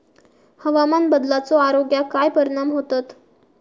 हवामान बदलाचो आरोग्याक काय परिणाम होतत?